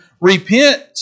repent